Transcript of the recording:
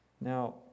Now